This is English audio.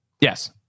Yes